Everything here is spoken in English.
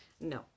no